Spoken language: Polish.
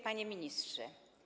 Panie Ministrze!